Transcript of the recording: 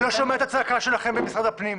לא שומע את הצעקה שלכם במשרד הפנים,